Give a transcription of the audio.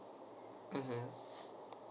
mmhmm